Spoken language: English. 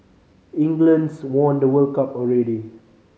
England's won the World Cup already